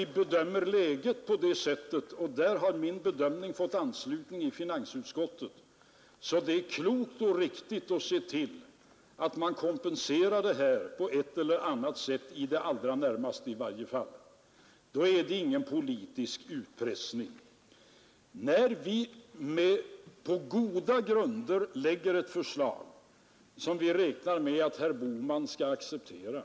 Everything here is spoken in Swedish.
Vi bedömer läget så — på den punkten har min bedömning fått anslutning i finansutskottet — att det är klokt och riktigt att nu se till att kompensera skattesänkningarna, i varje fall i det allra närmaste. Det är ingen politisk utpressning. Vi har framlagt ett förslag som vi på goda grunder räknade med att herr Bohman skulle acceptera.